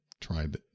tried